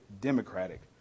Democratic